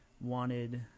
wanted